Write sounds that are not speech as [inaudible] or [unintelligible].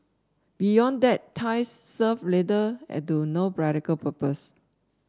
beyond that ties serve little [unintelligible] to no practical purpose